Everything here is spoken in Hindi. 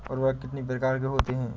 उर्वरक कितनी प्रकार के होते हैं?